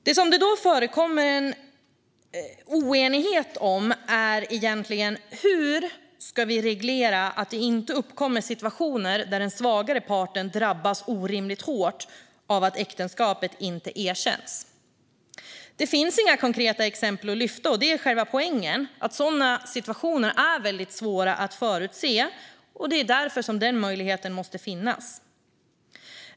Det som det då föreligger en oenighet om är egentligen hur vi ska reglera att det inte uppkommer situationer där den svagare parten drabbas orimligt hårt av att äktenskapet inte erkänns. Det finns inga konkreta exempel att lyfta, och det är själva poängen. Sådana situationer är väldigt svåra att förutse, och det är därför möjligheten måste finnas.